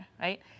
right